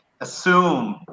assume